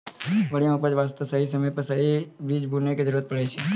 बढ़िया उपज वास्तॅ सही समय पर सही बीज बूनै के जरूरत पड़ै छै